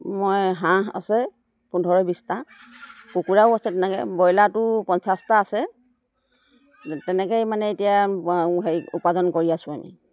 মই হাঁহ আছে পোন্ধৰ বিছটা কুকুৰাও আছে তেনেকৈ ব্ৰইলাৰটো পঞ্চাছটা আছে তেনেকৈয়ে মানে এতিয়া হেৰি উপাৰ্জন কৰি আছোঁ আমি